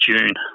June